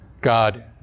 God